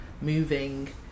moving